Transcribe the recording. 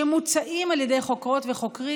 שמוצעים על ידי חוקרות וחוקרים,